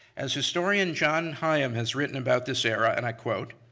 as historian john higham has written about this era, and i quote,